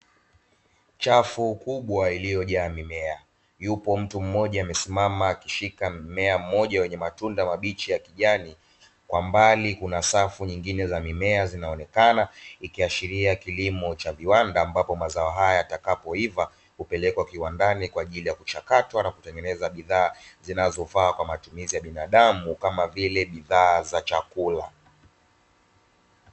Chafu kubwa iliyojaa mimea yupo mtu mmoja amesimama akishika mmea mmoja wenye matunda mabichi ya kijani, kwa mbali kuna safu nyingine za mimea zinaonekana ikiashiria kilimo cha viwanda, ambapo mazao haya yatakapoiva hupelekwa viwandani kwa ajili ya kuchakatwa na kutengeneza bidhaa zinazofaa kwa matumizi ya binadamu kama vile chakula.